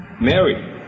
Mary